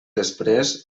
després